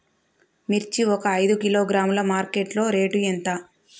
మిర్చి ఒక ఐదు కిలోగ్రాముల మార్కెట్ లో రేటు ఎంత?